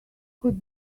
could